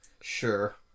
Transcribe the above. Sure